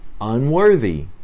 unworthy